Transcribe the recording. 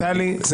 הוא